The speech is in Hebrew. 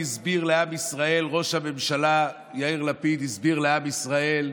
כבוד ראש הממשלה יאיר לפיד הסביר לעם ישראל,